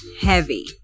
heavy